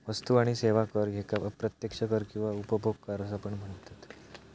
वस्तू आणि सेवा कर ह्येका अप्रत्यक्ष कर किंवा उपभोग कर असा पण म्हनतत